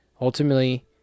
ultimately